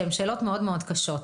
שהן שאלות מאוד מאוד קשות,